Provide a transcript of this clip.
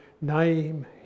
name